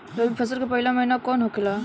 रबी फसल के पहिला महिना कौन होखे ला?